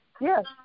yes